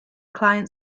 client